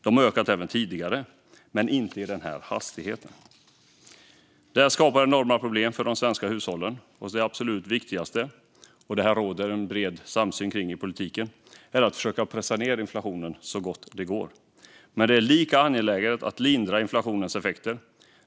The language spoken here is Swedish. De har ökat även tidigare, men inte i den här hastigheten. Det här skapar enorma problem för de svenska hushållen. Det absolut viktigaste - och det här råder det en bred samsyn om i politiken - är att försöka pressa ned inflationen så gott det går. Men det är lika angeläget att lindra inflationens effekter.